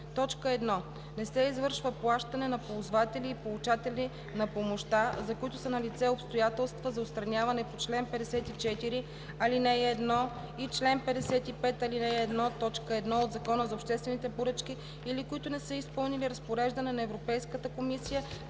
г.: 1. не се извършва плащане на ползватели и получатели на помощта, за които са налице обстоятелства за отстраняване по чл. 54, ал. 1 и чл. 55, ал. 1, т. 1 от Закона за обществените поръчки или които не са изпълнили разпореждане на Европейската комисия